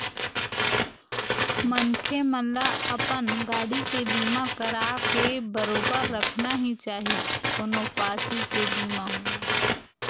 मनखे मन ल अपन गाड़ी के बीमा कराके बरोबर रखना ही चाही कोनो पारटी के बीमा होवय